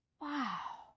Wow